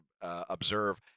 observe